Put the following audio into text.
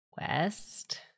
West